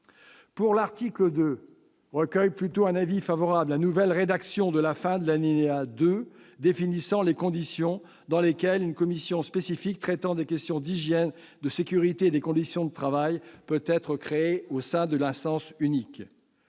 Sur l'article 2, recueillent un avis plutôt favorable de notre part : la nouvelle rédaction de la fin de l'alinéa 2 définissant les conditions dans lesquelles une commission spécifique traitant des questions d'hygiène, de sécurité et des conditions de travail peut être créée au sein de l'instance unique